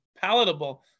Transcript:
palatable